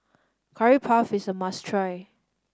Curry Puff is a must try